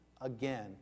again